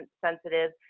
sensitive